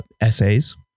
essays